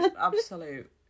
absolute